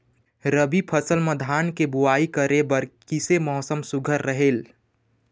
रबी फसल म धान के बुनई करे बर किसे मौसम सुघ्घर रहेल?